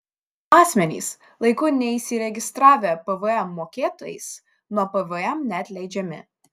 asmenys laiku neįsiregistravę pvm mokėtojais nuo pvm neatleidžiami